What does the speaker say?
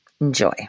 Enjoy